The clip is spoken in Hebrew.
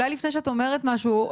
אולי לפני שאת אומרת משהו,